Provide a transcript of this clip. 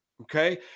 Okay